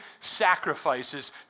sacrifices